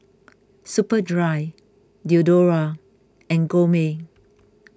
Superdry Diadora and Gourmet